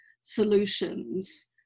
solutions